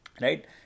Right